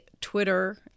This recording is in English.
Twitter